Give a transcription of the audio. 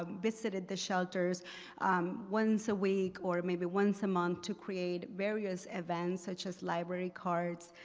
ah visited the shelters once a week or maybe once a month to create various events such as library cards,